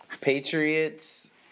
Patriots